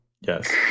Yes